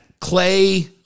Clay